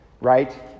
right